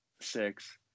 six